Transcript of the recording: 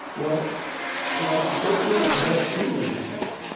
well you know unfortunately there are three major problems.